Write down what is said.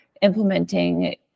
implementing